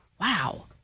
Wow